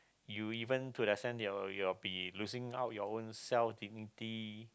you even to the stand you'll you'll be losing out your own self dignity